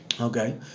Okay